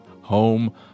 home